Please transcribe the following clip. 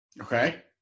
Okay